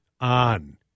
on